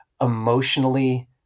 emotionally